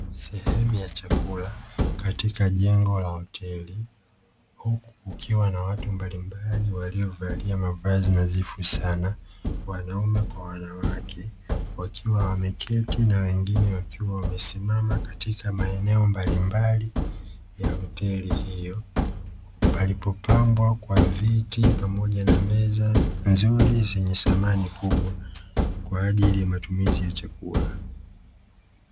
Sehemu ya chakula katika jengo la hoteli huku kukiwa na watu mbalimbali waliovalia mavazi nadhifu sana wanaume kwa wanawake wakiwa wameketi na wengine wakiwa wamesimama katika maeneo mbalimbali Ya hoteli hiyo Palipopambwa kwa viti pamoja na meza nzuri zenye thamani kubwa Kwa ajili ya matumizi ya chakula.